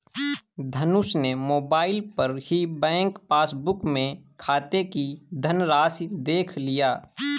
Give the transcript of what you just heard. धनुष ने मोबाइल पर ही बैंक पासबुक में खाते की धनराशि देख लिया